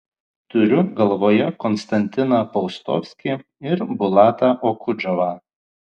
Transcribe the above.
turiu galvoje konstantiną paustovskį ir bulatą okudžavą